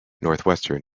northwestern